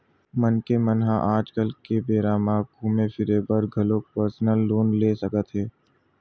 मनखे मन ह आज के बेरा म घूमे फिरे बर घलो परसनल लोन ले सकत हे